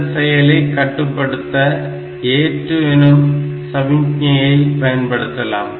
இந்த செயலை கட்டுப்படுத்த ஏற்று எனும் சமிக்ஞையை பயன்படுத்தலாம்